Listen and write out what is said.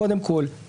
קודם כול,